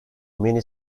many